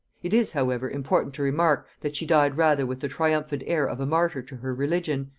it is, however, important to remark, that she died rather with the triumphant air of a martyr to her religion,